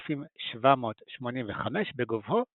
ה-4,785 בגובהו באנטארקטיקה.